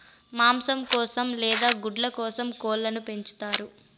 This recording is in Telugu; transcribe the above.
మాంసం కోసం లేదా గుడ్ల కోసం కోళ్ళను పెంచుతారు